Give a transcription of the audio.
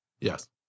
Yes